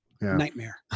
nightmare